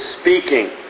speaking